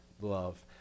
love